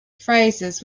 phrases